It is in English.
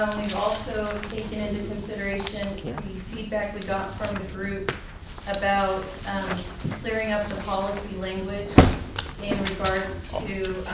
we've also taken into consideration the feedback we got from the group about clearing up the policy language in regards to